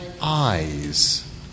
eyes